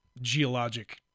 geologic